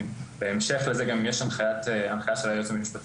בהמשך לזה גם יש הנחיה של היועץ המשפטי